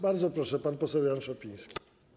Bardzo proszę, pan poseł Jan Szopiński.